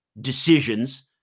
decisions